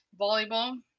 Volleyball